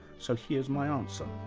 so here's my answer.